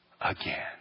again